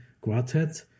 Quartet